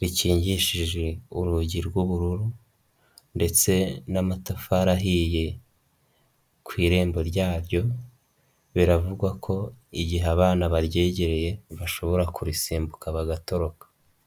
rikingishije urugi rw'ubururu ndetse n'amatafari ahiye ku irembo ryaryo, biravugwa ko igihe abana baryegereye, bashobora kurisimbuka bagatoroka,